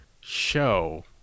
show